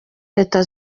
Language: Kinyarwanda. leta